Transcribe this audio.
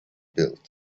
built